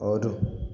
आओरो